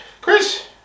Chris